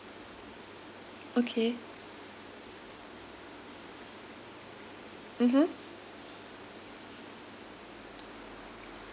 okay mmhmm